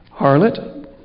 harlot